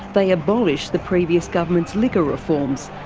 they abolished the pervious government's liquor reform, so